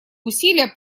усилия